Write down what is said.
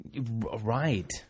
Right